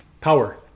Power